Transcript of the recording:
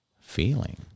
feeling